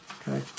Okay